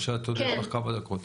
או שיש לך עוד כמה דקות?